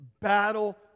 battle